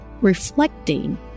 reflecting